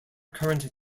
current